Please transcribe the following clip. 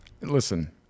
Listen